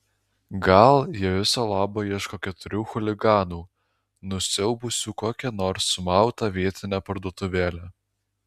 gal jie viso labo ieško keturių chuliganų nusiaubusių kokią nors sumautą vietinę parduotuvėlę